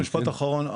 משפט אחרון.